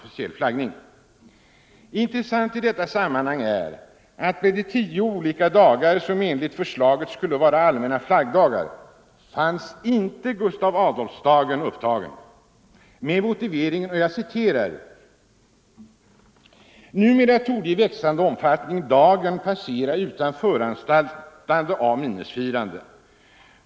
Intressant i detta sammanhang är att bland de tio olika dagar, som enligt förslaget skulle vara allmänna flaggdagar, fanns inte Gustav Adolfsdagen upptagen, med motiveringen: ”Numera torde i växande omfattning dagen passeras utan föranstaltningar av minnesfirande.